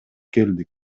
келдик